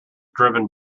driven